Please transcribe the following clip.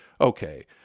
okay